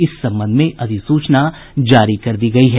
इस संबंध में अधिसूचना जारी कर दी गयी है